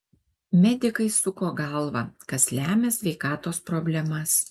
medikai suko galvą kas lemia sveikatos problemas